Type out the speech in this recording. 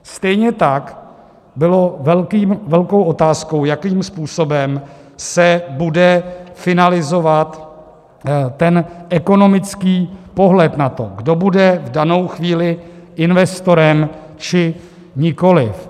Stejně tak bylo velkou otázkou, jakým způsobem se bude finalizovat ekonomický pohled na to, kdo bude v danou chvíli investorem, či nikoliv.